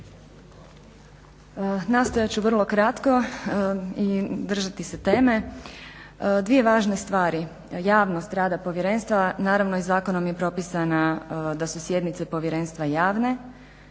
Nastojati ću vrlo kratko i držati se teme. Dvije važne stvari, javnost rada povjerenstava naravno i zakonom je propisana da su sjednice povjerenstva javne.